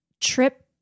trip